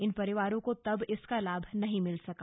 इन परिवारों को तब इसका लाभ नहीं मिल सका